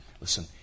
listen